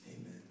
Amen